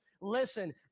Listen